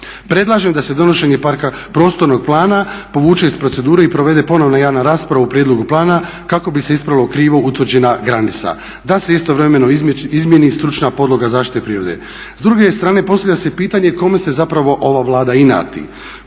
Predlažem da se donošenje prostornog plana povuče iz procedure i provede ponovna javna rasprava u prijedlogu plana kako bi se ispravilo krivo utvrđena granica. Da se istovremeno izmijeni stručna podloga zaštite prirode. S druge strane postavlja se pitanje kome se zapravo ova Vlada inati?